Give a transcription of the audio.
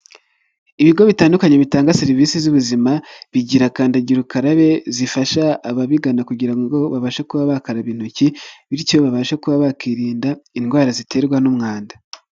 Ibigo bitandukanye bitanga serivisi z'ubuzima bigira kandagira ukarabe zifasha ababigana kugira ngo babashe kuba bakaraba intoki bityo babashe kuba bakirinda indwara ziterwa n'umwanda.